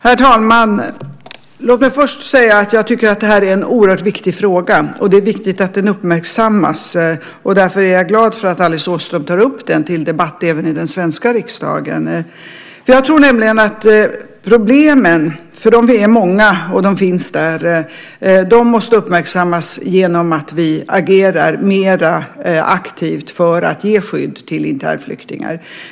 Herr talman! Låt mig först säga att jag tycker att det är en oerhört viktig fråga, och det är viktigt att den uppmärksammas. Därför är jag glad för att Alice Åström tar upp den till debatt även i den svenska riksdagen. Problemen är många, och de finns där. De måste uppmärksammas genom att vi agerar mer aktivt för att ge skydd till internflyktingar.